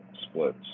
splits